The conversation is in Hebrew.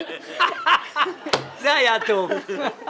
זה היה טוב.